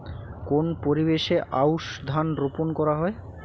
কোন পরিবেশে আউশ ধান রোপন করা হয়?